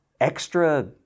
extra